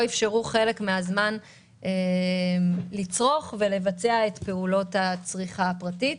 אפשרו במשך חלק מן הזמן לצרוך ולבצע את פעולות הצריכה הפרטית.